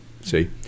See